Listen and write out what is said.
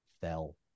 fell